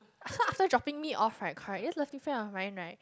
after dropping me off right correct this lovely friend of mine right